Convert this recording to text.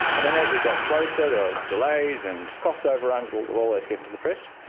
and then as we got closer there were delays and cost overruns will will always get into the press.